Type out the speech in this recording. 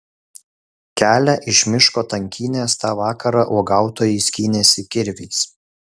kelią iš miško tankynės tą vakarą uogautojai skynėsi kirviais